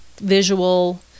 visual